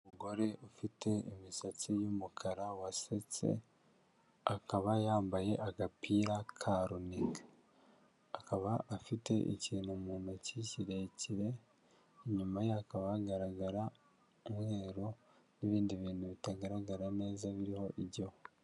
Umugore ufite imisatsi y'umukara wasetse, akaba yambaye agapira ka runiga, akaba afite ikintu mu ntoki kirekire, inyuma ye yakaba hagaragara umweru n'ibindi bintu bitagaragara neza biriho igihu.